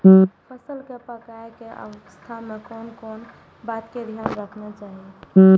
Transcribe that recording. फसल के पाकैय के अवस्था में कोन कोन बात के ध्यान रखना चाही?